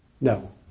no